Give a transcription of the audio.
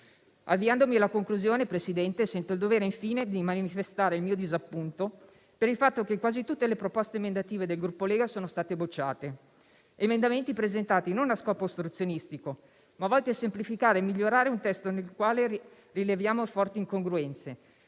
Avviandomi alla conclusione, signor Presidente, sento il dovere, infine, di manifestare il mio disappunto per il fatto che quasi tutte le proposte emendative del Gruppo Lega sono state bocciate. Emendamenti presentati non a scopo ostruzionistico, ma volti a semplificare e migliorare un testo nel quale rileviamo forti incongruenze;